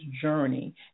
journey